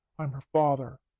i'm her father.